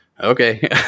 Okay